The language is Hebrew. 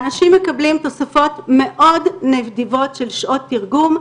ואנשים מקבלים תוספות מאוד נדיבות של שעות תרגום,